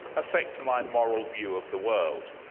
affect my moral view of the world?